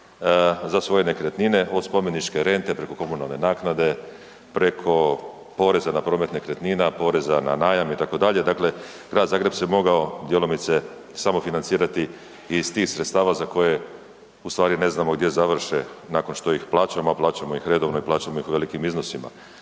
za svoje nekretnine, od spomeničke rente preko komunalne naknade, preko poreza na promet nekretnina, poreza na najam itd., dakle Grad Zagreb se mogao djelomice samofinancirati iz tih sredstava za koje u stvari ne znamo gdje završe nakon što ih plaćamo, a plaćamo ih redovno i plaćamo ih u velikim iznosima.